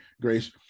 grace